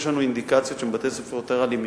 יש לנו אינדיקציות של בתי-ספר יותר אלימים,